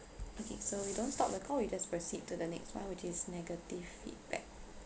okay so we don't stop the call we just proceed to the next one which is negative feedback